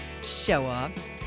Show-offs